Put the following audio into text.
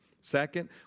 Second